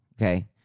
okay